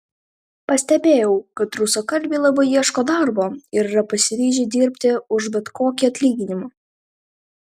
pastebėjau kad rusakalbiai labai ieško darbo ir yra pasiryžę dirbti už bet kokį atlyginimą